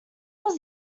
was